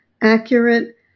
accurate